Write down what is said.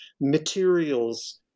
materials